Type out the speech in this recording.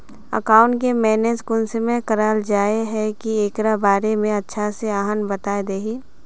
Account के manage कुंसम कराल जाय है की एकरा बारे में अच्छा से आहाँ बता देतहिन?